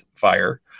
fire